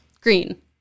Green